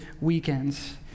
weekends